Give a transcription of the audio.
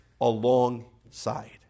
alongside